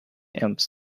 alms